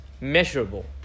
measurable